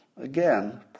again